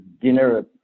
dinner